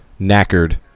knackered